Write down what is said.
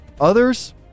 Others